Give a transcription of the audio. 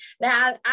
Now